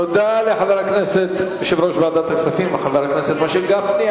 תודה ליושב-ראש ועדת הכספים, חבר הכנסת משה גפני.